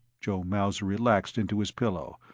joe mauser relaxed into his pillow.